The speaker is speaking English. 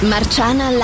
Marciana